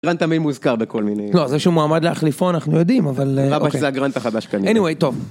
גרנט תמיד מוזכר בכל מיני... לא, זה שהוא מועמד להחליפו, אנחנו יודעים, אבל אוקיי. זה הגרנט החדש כנראה. איניווי, טוב.